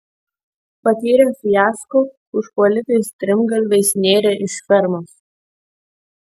patyrę fiasko užpuolikai strimgalviais nėrė iš fermos